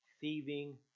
thieving